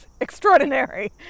Extraordinary